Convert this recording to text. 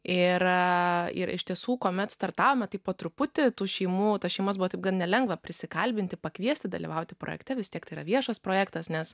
ir ir iš tiesų kuomet startavome taip po truputį tų šeimų tas šeimas būtų nelengva prisikalbinti pakviesti dalyvauti projekte vis tiek tai yra viešas projektas nes